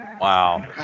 Wow